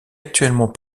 actuellement